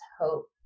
hope